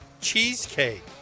cheesecake